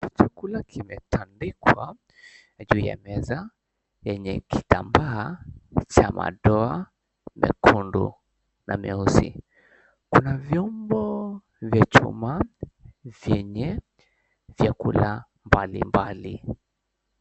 Chakula kimetandikwa juu ya meza yenye kitambaa cha madoa mekundu na meusi. Kuna vyombo vya chuma vyenye vyakula mbalimbali.